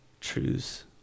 truths